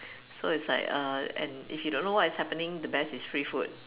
so it's like err and if you don't know what's happening the best is free food